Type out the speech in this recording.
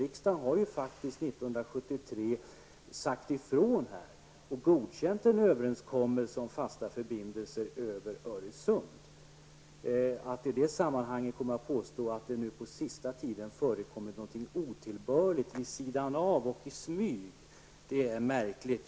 Riksdagen sade faktiskt ifrån 1973 och godkände en överenskommelse om fasta förbindelser över Öresund. Att Claes Roxbergh nu påstår att det under den senaste tiden har förekommit något otillbörligt vid sidan av och i smyg är märkligt.